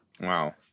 Wow